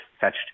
fetched